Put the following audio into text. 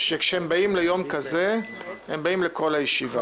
כשהם באים ליום כזה שהם באים לכל הישיבה